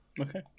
Okay